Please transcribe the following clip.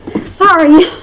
Sorry